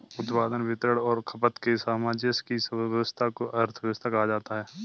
उत्पादन, वितरण और खपत के सामंजस्य की व्यस्वस्था को अर्थव्यवस्था कहा जाता है